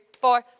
four